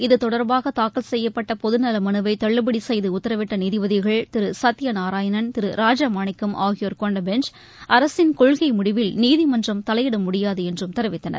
இத்தொடர்பாக தாக்கல் செய்யப்பட்ட பொது நல மனுவை தள்ளுபடி செய்து உத்தரவிட்ட நீதிபதிகள் திரு சத்திய நாராயணன் திரு ராஜமாணிக்கம் ஆகியோர் கொண்ட பெஞ்ச் அரசின் கொள்கை முடிவில் நீதிமன்றம் தலையிட முடியாது என்றும் தெரிவித்தனர்